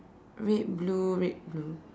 red blue red blue